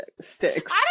sticks